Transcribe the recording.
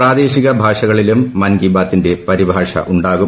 പ്രാദേശിക ഭാഷകളിലും മൻ കി ബാത്തിന്റെ പരിഭാഷ ഉണ്ടാകും